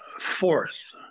fourth